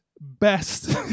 best